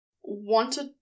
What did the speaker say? wanted